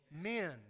Men